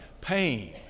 pain